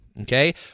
Okay